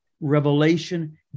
revelation